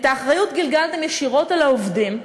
את האחריות גלגלתם ישירות על העובדים,